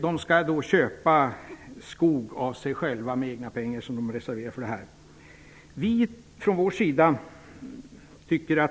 De skall köpa skog av sig själva med egna pengar som de skall reservera för detta.